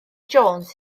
jones